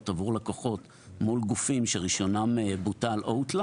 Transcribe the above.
עבור לקוחות מול גופים שרישיונם בוטל או הותלה